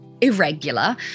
irregular